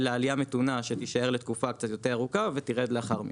אלא עלייה מתונה שתישאר לתקופה קצת יותר ארוכה ותרד לאחר מכן.